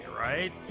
right